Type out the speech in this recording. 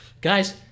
Guys